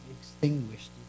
extinguished